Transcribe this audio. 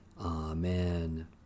Amen